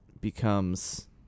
becomes